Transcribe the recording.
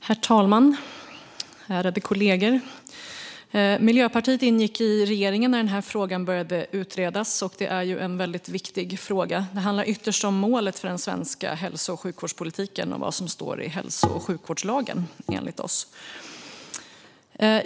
Herr talman och ärade kollegor! Miljöpartiet ingick i regeringen när den här frågan började utredas, och det är en väldigt viktig fråga. Den handlar ytterst om målet för den svenska hälso och sjukvårdspolitiken och vad som står i hälso och sjukvårdslagen, enligt oss.